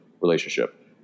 relationship